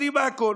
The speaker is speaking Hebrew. יודעים הכול.